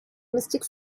mystic